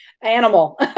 animal